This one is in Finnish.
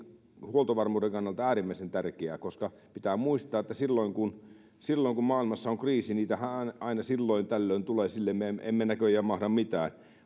huoltovarmuuden kannalta äärimmäisen tärkeää koska pitää muistaa että silloin kun silloin kun maailmassa on kriisi niitähän aina silloin tällöin tulee sille me emme näköjään mahda mitään